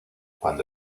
cuando